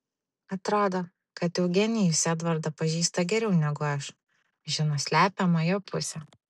atrodo kad eugenijus edvardą pažįsta geriau negu aš žino slepiamą jo pusę